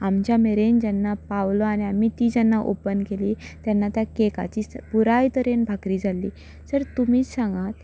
आमच्या मेरेन जेन्ना पावलो आनी आमी ती जेन्ना ऑपन केली तेन्ना त्या केकाची पुराय तरेन भाकरी जाल्ली सर तुमीच सांगा सर